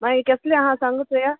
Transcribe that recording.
मागीर केसलें आहा सांगूच चोया